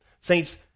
Saints